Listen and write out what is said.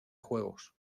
juegos